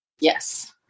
Yes